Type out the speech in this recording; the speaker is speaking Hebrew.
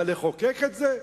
אבל לחוקק את זה?